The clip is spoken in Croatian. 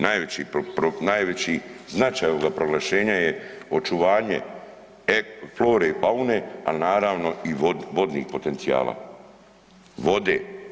Najveći značaj ovoga proglašenja je očuvanje flore i faune, a naravno i vodnih potencijala, vode.